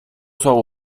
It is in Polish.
słowa